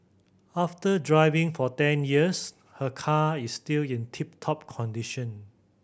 after driving for ten years her car is still in tip top condition